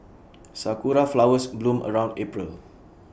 Sakura Flowers bloom around April